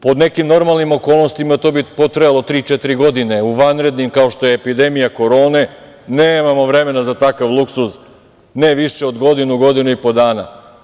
Pod nekim normalnim okolnostima to bi potrajalo tri-četiri godine, u vanrednim, kao što je epidemija korone, nemamo vremena za takav luksuz, ne više od godinu, godinu i po dana.